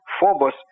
Phobos